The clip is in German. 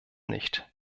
nicht